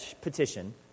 petition